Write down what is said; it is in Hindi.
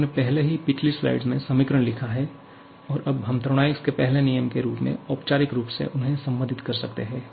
हमने पहले से ही पिछली स्लाइड में समीकरण लिखा है और अब हम थर्मोडायनामिक्स के पहले नियम के रूप में औपचारिक रूप से उन्हें संबंधित कर सकते हैं